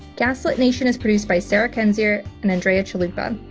gaslit nation is produced by sarah kendzior and andrea chalupa.